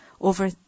over